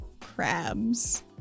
Crabs